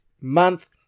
month